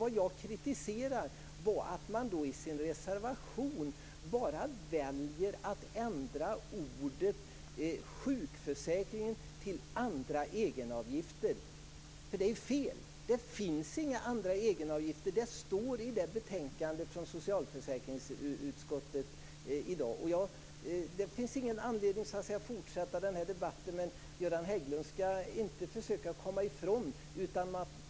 Det jag kritiserade var att man i sin reservation bara väljer att ändra ordet sjukförsäkring till andra egenavgifter. Det är fel. Det finns inga andra egenavgifter. Det står i det betänkande från socialförsäkringsutskottet som vi behandlar i dag. Det finns ingen anledning att fortsätta den här debatten, men Göran Hägglund skall inte försöka komma ifrån detta.